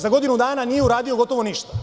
Za godinu dana nije uradio gotovo ništa.